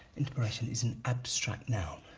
inspiration is an abstract noun.